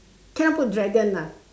cannot put dragon lah